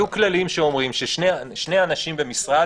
יהיו כללים שאומרים ששני אנשים במשרד